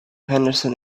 henderson